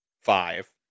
five